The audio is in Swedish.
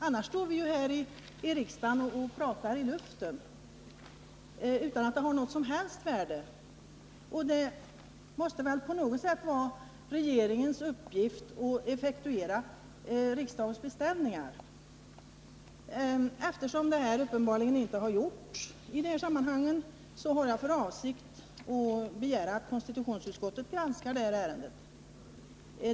Annars står vi ju här i riksdagen och pratar i luften utan att det får något som helst värde. Det måste väl vara regeringens uppgift att effektuera riksdagens beställningar? Eftersom det uppenbarligen inte har gjorts i de här sammanhangen, har jag för avsikt att begära att konstitutionsutskottet granskar ärendet.